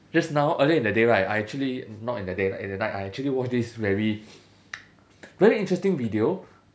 just now earlier in the day right I actually not in the day in the night I actually watched this very very interesting video